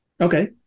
Okay